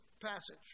passage